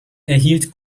erhielt